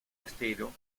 estero